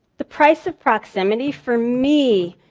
the price of proximity for me